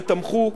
ותמכו,